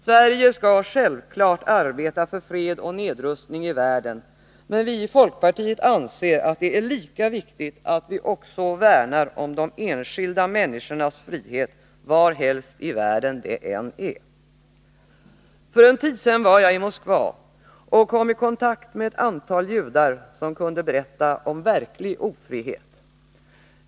Sverige skall självfallet arbeta för fred och nedrustning i världen, men vi i folkpartiet anser att det är lika viktigt att också värna om de enskilda människornas frihet varhelst i världen de än är. För en tid sedan var jag i Moskva och kom i kontakt med ett antal judar, som kunde berätta om verklig ofrihet.